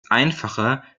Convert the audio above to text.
einfacher